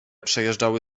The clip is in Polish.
przejeżdżały